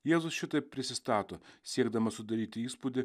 jėzus šitaip prisistato siekdamas sudaryti įspūdį